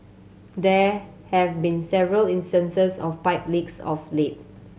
there have been several instances of pipe leaks of late